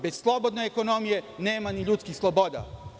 Bez slobodne ekonomije nema ni ljudskih sloboda.